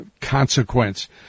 consequence